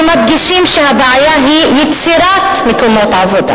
שמדגישים שהבעיה היא יצירת מקומות עבודה,